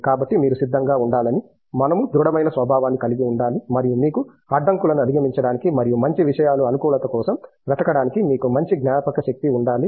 కాబట్టి మీరు సిద్ధంగా ఉండాలని మనము దృడమైన స్వభావాన్ని కలిగి ఉండాలి మరియు మీకు అడ్డంకులను అధిగమించడానికి మరియు మంచి విషయాల అనుకూలత కోసం వెతకడానికి మీకు మంచి జ్ఞాపకశక్తి ఉండాలి